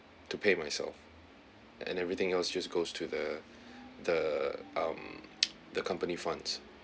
to pay myself and everything else just goes to the the um the company funds